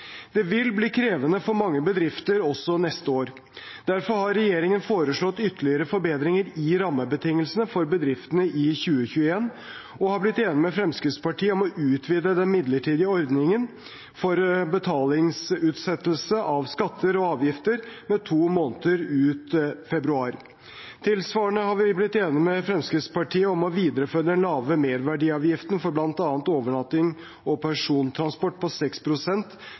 Det vil bli krevende for mange bedrifter også neste år. Derfor har regjeringen foreslått ytterligere forbedringer i rammebetingelsene for bedriftene i 2021 og er blitt enig med Fremskrittspartiet om å utvide den midlertidige ordningen for betalingsutsettelse av skatter og avgifter med to måneder, ut februar. Tilsvarende er vi blitt enige med Fremskrittspartiet om å videreføre den lave merverdiavgiften for bl.a. overnatting og persontransport på